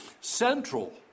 Central